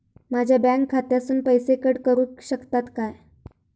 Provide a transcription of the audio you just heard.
माझ्या बँक खात्यासून पैसे कट करुक शकतात काय?